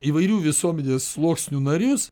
įvairių visuomenės sluoksnių narius